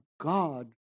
God